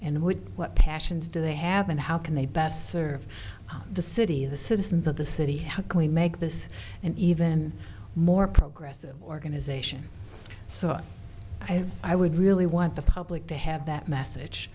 and with what passions do they have and how can they best serve the city the citizens of the city how can we make this an even more progressive organization so i have i would really want the public to have that message